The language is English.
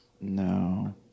No